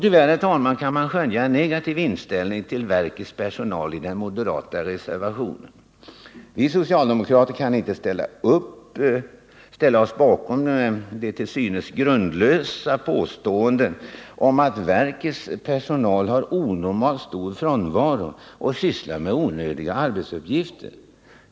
Tyvärr kan man även skönja en negativ inställning till verkets personal i den moderata reservationen. Vi socialdemokrater kan inte ställa oss bakom de till synes grundlösa påståendena om att verkets personal har onormalt stor frånvaro och sysslar med onödiga arbetsuppgifter.